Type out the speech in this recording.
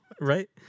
right